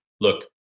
look